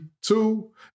two